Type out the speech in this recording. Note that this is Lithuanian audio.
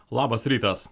labas rytas